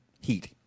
heat